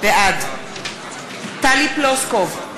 בעד טלי פלוסקוב,